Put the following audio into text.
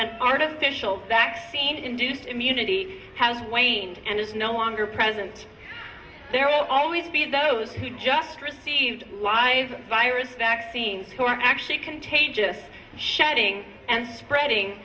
and artificial vaccine induced immunity how wayne and is no longer present there will always be those who just received live virus vaccine who are actually contagious shutting and spreading